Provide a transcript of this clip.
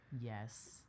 yes